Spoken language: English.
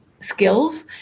skills